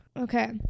Okay